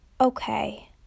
okay